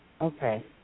Okay